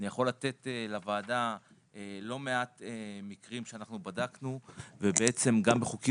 אני יכול לתת לוועדה לא מעט מקרים שאנחנו בדקנו וגם בחוקים